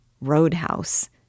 Roadhouse